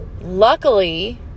Luckily